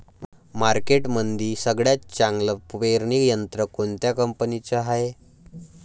मार्केटमंदी सगळ्यात चांगलं पेरणी यंत्र कोनत्या कंपनीचं हाये?